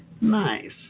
Nice